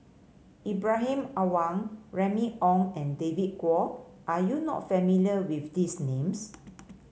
Ibrahim Awang Remy Ong and David Kwo are you not familiar with these names